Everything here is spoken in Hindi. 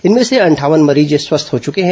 इनमें से अंठावन मरीज स्वस्थ हो चुके हैं